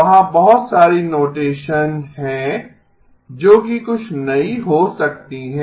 वहाँ बहुत सारी नोटेसन हैं जो कि कुछ नई हो सकती है